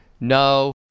No